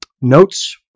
Notes